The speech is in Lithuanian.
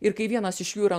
ir kai vienas iš jų yra